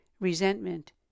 resentment